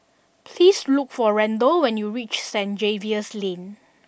please look for Randall when you reach Stain Xavier's Lane